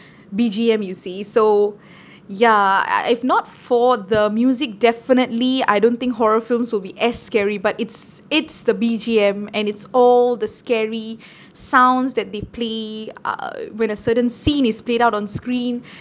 B_G_M you see so ya uh if not for the music definitely I don't think horror films will be as scary but it's it's the B_G_M and it's all the scary sounds that they play uh uh when a certain scene is played out on screen